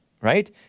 right